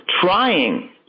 trying